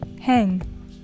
hang